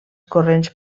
corrents